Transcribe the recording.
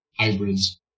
hybrids